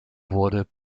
wurde